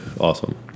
Awesome